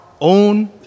own